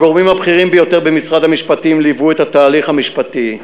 הגורמים הבכירים ביותר במשרד המשפטים ליוו את התהליך המשפטי.